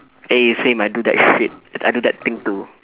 eh same I do that shit I do that thing too